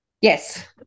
Yes